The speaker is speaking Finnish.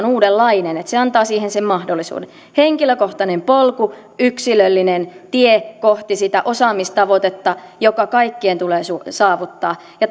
uudenlainen että se antaa siihen mahdollisuuden henkilökohtainen polku yksilöllinen tie kohti sitä osaamistavoitetta joka kaikkien tulee saavuttaa ja